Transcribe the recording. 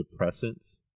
depressants